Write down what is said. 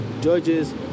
judges